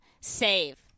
save